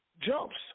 jumps